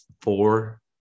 four